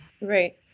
Right